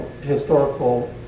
historical